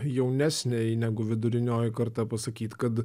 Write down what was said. jaunesnei negu vidurinioji karta pasakyt kad